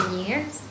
years